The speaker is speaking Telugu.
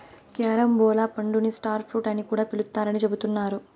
క్యారంబోలా పండుని స్టార్ ఫ్రూట్ అని కూడా పిలుత్తారని చెబుతున్నారు